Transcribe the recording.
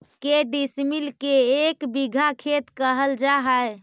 के डिसमिल के एक बिघा खेत कहल जा है?